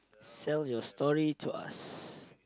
sell your story to us